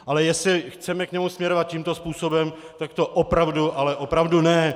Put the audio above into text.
Ale jestli chceme k němu směrovat tímto způsobem, tak to opravdu, ale opravdu ne.